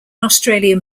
australian